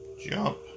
jump